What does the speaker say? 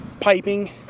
piping